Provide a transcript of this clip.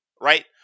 Right